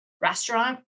restaurant